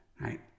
right